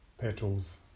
petals